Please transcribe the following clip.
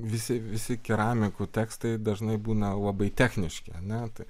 visi visi keramikų tekstai dažnai būna labai techniški ar ne tai